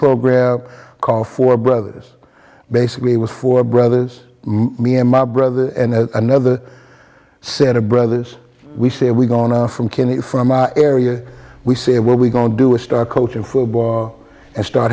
program called four brothers basically it was four brothers me and my brother and another set of brothers we say we gone from kenny from our area we say what we going to do is start coaching football and start